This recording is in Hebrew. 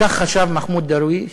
כך חשב מחמוד דרוויש,